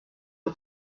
the